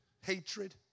hatred